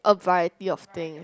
variety of thing